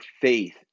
faith